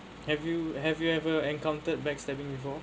have you have you ever encountered backstabbing before